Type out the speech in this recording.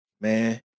man